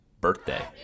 birthday